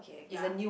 yea